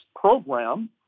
program